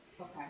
Okay